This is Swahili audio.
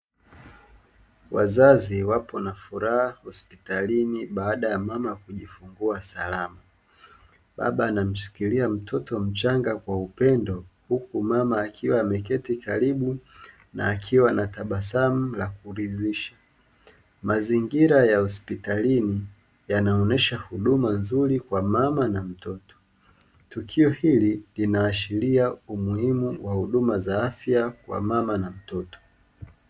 Wazazi wapo na furaha hospitalini baada ya mama kujifungua salama. Baba anamshikilia mtoto mchanga kwa upendo huku mama akiwa ameketi karibu na akiwa anatabasamu la kuridhisha, mazingira ya hospitalini yanaonyesha huduma nzuri kwa mama na mtoto. Tukio hili linaashiria umuhimu wa huduma za afya kwa mama na mtoto.